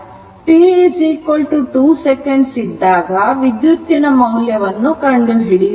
t2second ಇದ್ದಾಗ ವಿದ್ಯುತ್ ಮೌಲ್ಯವನ್ನು ಕಂಡುಹಿಡಿಯೋಣ